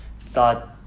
thought